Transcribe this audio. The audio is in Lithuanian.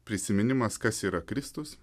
prisiminimas kas yra kristus